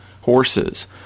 horses